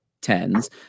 tens